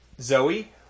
Zoe